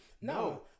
No